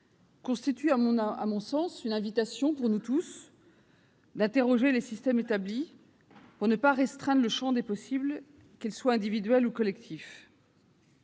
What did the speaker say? constitue, à mon sens, une invitation collective à interroger les systèmes établis pour ne pas restreindre le champ des possibles, qu'ils soient individuels ou collectifs.